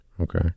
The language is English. Okay